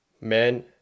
men